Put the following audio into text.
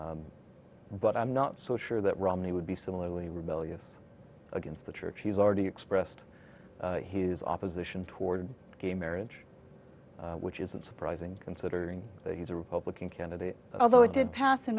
but i'm not so sure that romney would be similarly rebellious against the church he's already expressed his opposition toward gay marriage which isn't surprising considering that he's a republican candidate although it did pass in